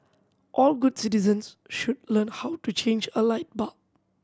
all good citizens should learn how to change a light bulb